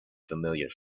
familiar